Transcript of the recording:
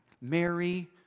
Mary